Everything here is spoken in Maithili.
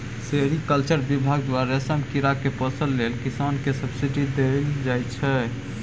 सेरीकल्चर बिभाग द्वारा रेशम कीरा केँ पोसय लेल किसान केँ सब्सिडी देल जाइ छै